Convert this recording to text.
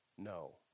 No